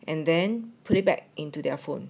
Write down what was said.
and then put it back into their phone